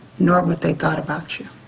nor what they thought about you.